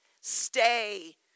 stay